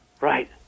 Right